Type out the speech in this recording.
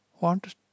want